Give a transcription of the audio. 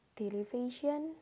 television